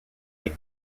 est